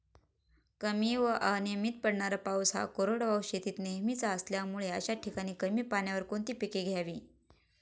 कमी व अनियमित पडणारा पाऊस हा कोरडवाहू शेतीत नेहमीचा असल्यामुळे अशा ठिकाणी कमी पाण्यावर कोणती पिके घ्यावी?